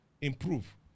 Improve